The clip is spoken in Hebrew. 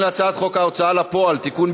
(תיקון,